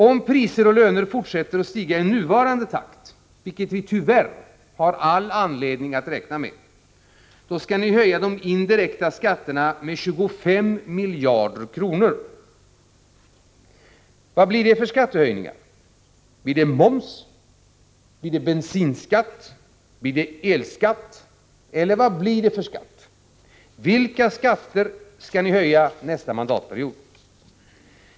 Om priser och löner fortsätter att stiga i nuvarande takt, vilket vi — tyvärr — har all anledning att räkna med, skall ni då höja de indirekta skatterna med 25 miljarder kronor? Vad blir det då för skattehöjningar? Blir det moms? Blir det bensinskatt? Blir det elskatt? Eller vad blir det för skatt? Vilka skatter skall ni höja nästa mandatperiod?